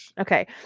Okay